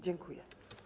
Dziękuję.